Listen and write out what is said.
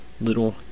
little